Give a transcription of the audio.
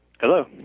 Hello